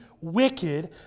wicked